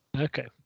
Okay